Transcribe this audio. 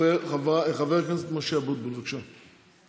חבר הכנסת משה אבוטבול, בבקשה.